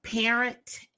parent